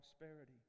prosperity